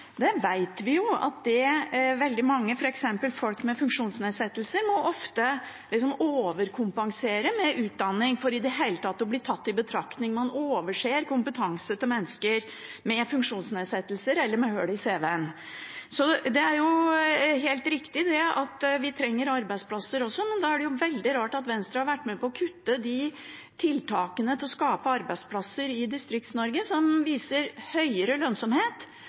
Vi vet at veldig mange – f.eks. folk med funksjonsnedsettelser – ofte må overkompensere med utdanning for i det hele tatt å bli tatt i betraktning. Man overser kompetansen til mennesker med funksjonsnedsettelser eller med hull i cv-en. Det er helt riktig at vi også trenger arbeidsplasser. Men da er det veldig rart at Venstre har vært med på å kutte i de tiltaksmidlene til å skape arbeidsplasser i Distrikts-Norge som viser høyere lønnsomhet